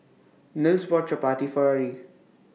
Nils bought Chapati For Ari